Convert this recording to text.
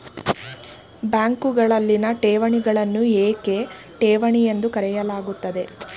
ಬ್ಯಾಂಕುಗಳಲ್ಲಿನ ಠೇವಣಿಗಳನ್ನು ಏಕೆ ಠೇವಣಿ ಎಂದು ಕರೆಯಲಾಗುತ್ತದೆ?